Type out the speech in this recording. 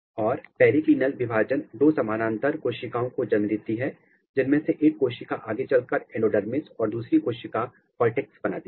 और पैरीक्लीनिकल विभाजन दो समानांतर कोशिकाओं को जन्म देती है जिनमें से एक कोशिका आगे चलकर एंडोडर्मिस और दूसरी कोशिका कारटैक्स बनाती है